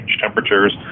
temperatures